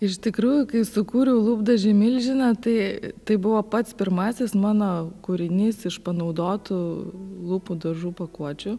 iš tikrųjų kai sukūriau lūpdažį milžiną tai tai buvo pats pirmasis mano kūrinys iš panaudotų lūpų dažų pakuočių